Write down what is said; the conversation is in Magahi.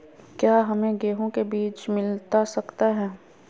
क्या हमे गेंहू के बीज मिलता सकता है?